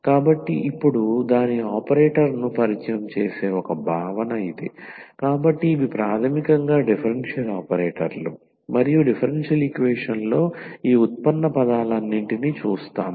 కాబట్టి ఇప్పుడు దాని ఆపరేటర్ను పరిచయం చేసే ఒక భావన ఇది కాబట్టి ఇవి ప్రాథమికంగా డిఫరెన్షియల్ ఆపరేటర్లు మరియు డిఫరెన్షియల్ ఈక్వేషన్లో ఈ ఉత్పన్న పదాలన్నింటినీ చూస్తాము